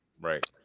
right